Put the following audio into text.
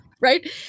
Right